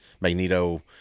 Magneto